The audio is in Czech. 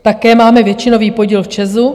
Také máme většinový podíl v ČEZu.